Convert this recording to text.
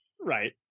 right